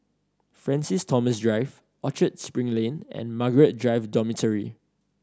Francis Thomas Drive Orchard Spring Lane and Margaret Drive Dormitory